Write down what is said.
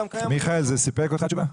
מיכאל, התשובה סיפקה אותך?